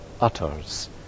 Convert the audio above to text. utters